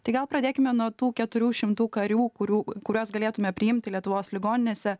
tai gal pradėkime nuo tų keturių šimtų karių kurių kuriuos galėtume priimti lietuvos ligoninėse